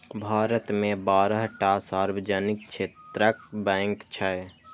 भारत मे बारह टा सार्वजनिक क्षेत्रक बैंक छै